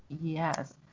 Yes